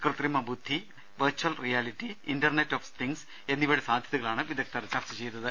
കൃത്രിമ ബുദ്ധി virtual reality internet of things എന്നിവയുടെ സാധ്യതകളാണ് വിദഗ്ധർ ചർച്ച ചെയ്തത്